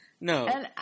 no